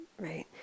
right